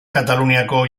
kataluniako